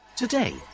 Today